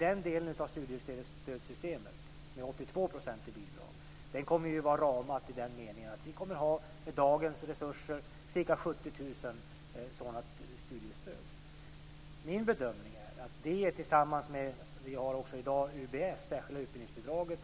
Den delen av studiestödssystemet med 82 % i bidrag kommer att vara "ramat" i den meningen att det med dagens resurser kommer att finnas ca 70 000 sådana studiestöd. Min bedömning är att detta tillsammans med UBS -, särskilda utbildningsbidraget,